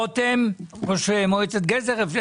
רותם, ראש מועצת גזר.